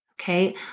Okay